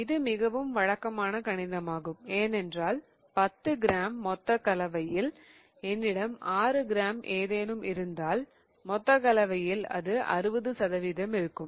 இது மிகவும் வழக்கமான கணிதமாகும் ஏனென்றால் 10 கிராம் மொத்த கலவையில் என்னிடம் 6 கிராம் ஏதேனும் இருந்தால் மொத்த கலவையில் அது 60 சதவீதம் இருக்கும்